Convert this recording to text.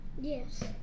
Yes